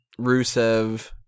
Rusev